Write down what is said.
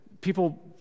people